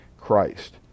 Christ